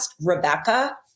Rebecca